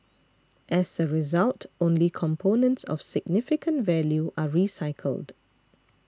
as a result only components of significant value are recycled